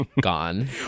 gone